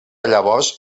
llavors